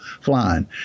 flying